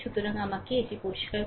সুতরাং আমাকে এটি পরিষ্কার করুন